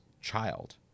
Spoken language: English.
child